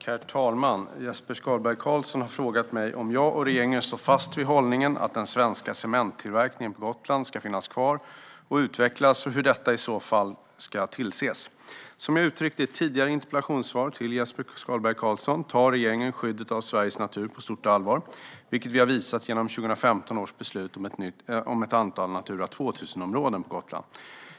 Herr talman! Jesper Skalberg Karlsson har frågat mig om jag och regeringen står fast vid hållningen att den svenska cementtillverkningen på Gotland ska finnas kvar och utvecklas och hur detta i så fall ska tillses. Som jag uttryckt i ett tidigare interpellationssvar till Jesper Skalberg Karlsson tar regeringen skyddet av Sveriges natur på stort allvar, vilket vi har visat genom 2015 års beslut om ett antal Natura 2000-områden på Gotland.